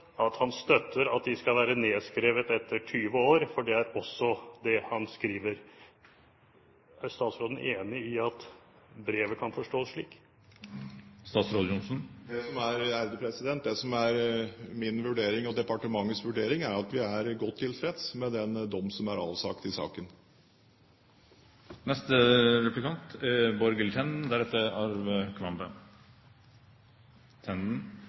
det han skriver – og kan jeg også oppfatte det slik at han støtter at de skal være nedskrevet etter 20 år – for det er også det han skriver? Er statsråden enig i at brevet kan forstås slik? Det som er min vurdering og departementets vurdering, er at vi er godt tilfreds med den dom som er avsagt i saken. Jeg har et spørsmål når det gjelder å bruke skattesystemet til